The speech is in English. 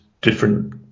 different